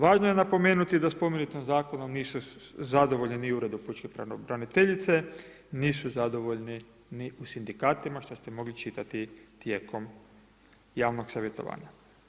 Važno je napomenuti, da spomenutom zakonu, nisu zadovoljni ni u uredu Pučke pravobraniteljice, nisu zadovoljni ni u sindikatima, što ste mogli čitati tijekom javnog savjetovanja.